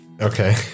Okay